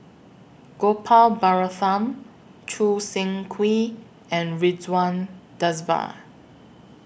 Gopal Baratham Choo Seng Quee and Ridzwan Dzafir